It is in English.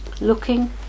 looking